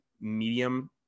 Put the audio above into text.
medium